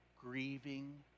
grieving